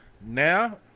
now